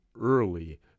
early